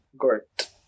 Gort